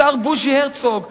השר בוז'י הרצוג אומר,